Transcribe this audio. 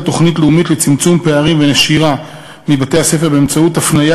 תוכנית לאומית לצמצום הפערים והנשירה מבתי-הספר באמצעות הפניה